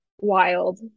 wild